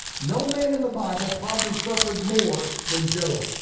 no man in the bible probably suffered more than job.